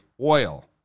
oil